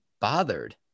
bothered